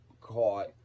caught